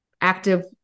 active